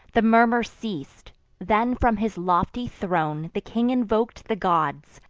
the murmur ceas'd then from his lofty throne the king invok'd the gods,